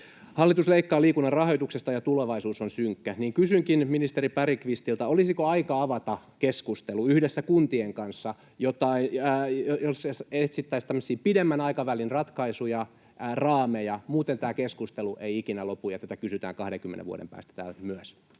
Hallitus leikkaa liikunnan rahoituksesta, ja tulevaisuus on synkkä. Kysynkin ministeri Bergqvistilta: olisiko aika avata keskustelu yhdessä kuntien kanssa? Etsittäisiin tämmöisiä pidemmän aikavälin ratkaisuja, raameja. Muuten tämä keskustelu ei ikinä lopu ja tätä kysytään myös 20 vuoden päästä